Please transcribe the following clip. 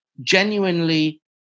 genuinely